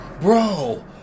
Bro